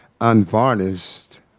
unvarnished